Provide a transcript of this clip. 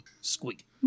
squeak